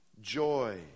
joy